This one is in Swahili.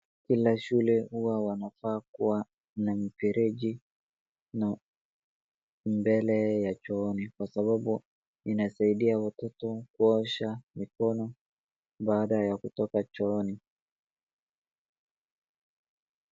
Kila shule huwa wanafaa kuwa na mfereji na mbele ya chooni kwa sababu inasaidia watoto kuosha mkono baada ya kutoka chooni.